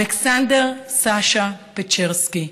אלכסנדר סשה פצ'רסקי,